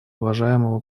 уважаемого